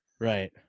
right